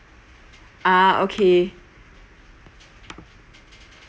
ah okay